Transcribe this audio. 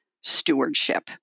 stewardship